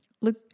look